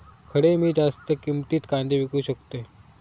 खडे मी जास्त किमतीत कांदे विकू शकतय?